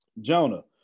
Jonah